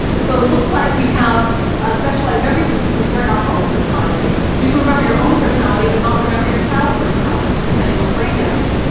so it looks like we have a specialised memory system for storing our own personality traits. you can remember your own personality but not remember your child's personality, depending on the brain damage.